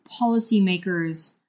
policymakers